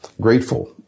grateful